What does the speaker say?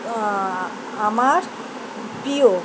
আমার প্রিয়